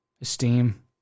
esteem